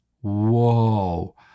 whoa